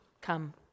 come